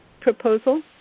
proposal